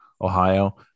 Ohio